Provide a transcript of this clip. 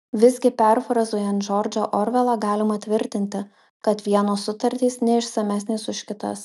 visgi perfrazuojant džordžą orvelą galima tvirtinti kad vienos sutartys neišsamesnės už kitas